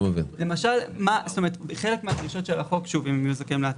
בחלק מהדרישות של החוק, אם הם יהיו זכאים להטבה,